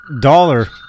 dollar